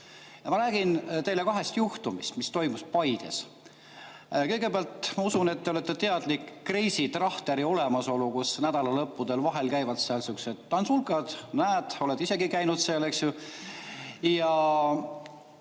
Ma räägin teile kahest juhtumist, mis toimusid Paides. Kõigepealt, ma usun, et te olete teadlik Kreisi Trahteri olemasolust, kus nädalalõppudel vahel käivad seal sihukesed tansulkad. Näed, oled isegi käinud seal, eks ju.